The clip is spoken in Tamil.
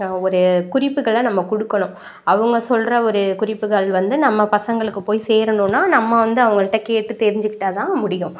ஒரு குறிப்புகளை நம்ம கொடுக்கணும் அவங்க சொல்கிற ஒரு குறிப்புகள் வந்து நம்ம பசங்களுக்கு போய் சேரணும்னா நம்ம வந்து அவங்கள்ட்ட கேட்டு தெரிஞ்சிக்கிட்டால் தான் முடியும்